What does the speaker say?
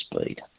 speed